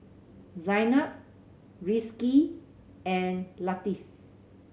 Zaynab Rizqi and Latif